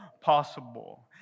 possible